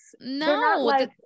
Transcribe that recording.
no